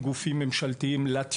נמוכים בהשוואה ל-OECD.